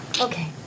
Okay